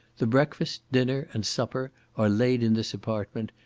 the breakfast, dinner, and supper are laid in this apartment,